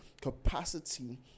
capacity